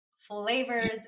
flavors